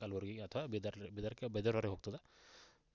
ಕಲ್ಬುರ್ಗಿಗೆ ಅಥ್ವ ಬೀದರಿಗೆ ಬೀದರ್ವರೆಗೆ ಹೋಗ್ತದೆ